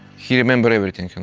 he remembers everything.